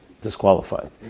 disqualified